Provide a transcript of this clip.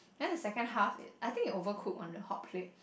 then the second half i~ I think it overcooked on the hot plate